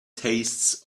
tastes